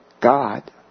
God